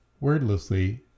Wordlessly